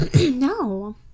No